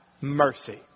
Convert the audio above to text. Mercy